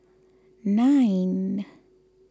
nine